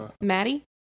Maddie